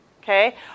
okay